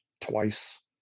twice